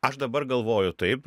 aš dabar galvoju taip